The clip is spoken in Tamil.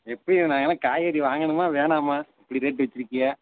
எப்படி நான் ஏண்ணா காய்கறி வாங்கணுமா வேணாமா இப்படி ரேட் வைச்சுருக்கிக